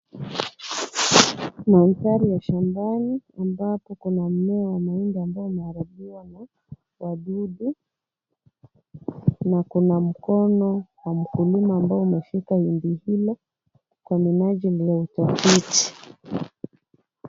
Mandhari ya shambani ambapo kuna mmea wa mahindi ambao umeharibiwa na wadudu. Na kuna mkono wa mkulima ambao umeshika hindi hilo kwa minajili ya utafiti.